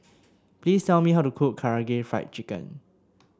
please tell me how to cook Karaage Fried Chicken